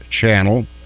channel